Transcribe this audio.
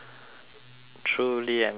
truly am sorry